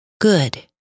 good